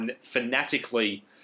fanatically